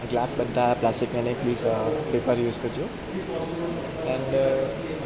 glass બધાય પ્લાસ્ટિકના નઈ પ્લીઝ પેપર યુઝ કરજો એન્ડ